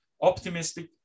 optimistic